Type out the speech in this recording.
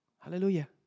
Hallelujah